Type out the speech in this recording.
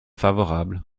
favorable